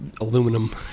aluminum